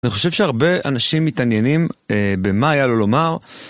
אני חושב שהרבה אנשים מתעניינים במה היה לו לומר.